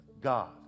God